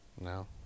No